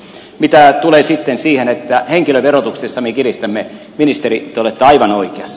mitä tulee sitten siihen että henkilöverotuksessa me kiristämme ministeri te olette aivan oikeassa